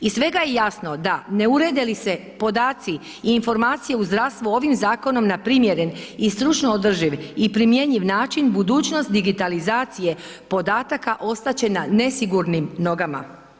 Iz svega je jasno da ne urede li se podaci i informacije u zdravstvu ovim zakonom na primjeren i stručno održiv i primjenjiv način budućnost digitalizacije podataka ostat će na nesigurnim nogama.